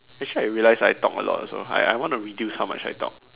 actually I realize I talk a lot also I I want to reduce how much I talk